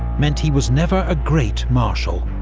meant he was never a great marshal.